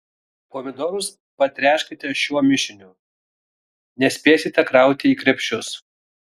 pomidorus patręškite šiuo mišiniu nespėsite krauti į krepšius